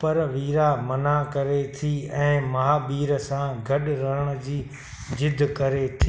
पर वीरा मना करे थी ऐं महाबीर सां गॾु रहण जी ज़िदु करे थी